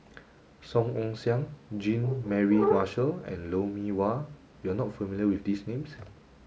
Song Ong Siang Jean Mary Marshall and Lou Mee Wah you are not familiar with these names